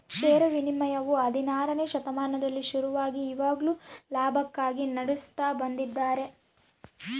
ಷೇರು ವಿನಿಮಯವು ಹದಿನಾರನೆ ಶತಮಾನದಲ್ಲಿ ಶುರುವಾಗಿ ಇವಾಗ್ಲೂ ಲಾಭಕ್ಕಾಗಿ ನಡೆಸುತ್ತ ಬಂದಿದ್ದಾರೆ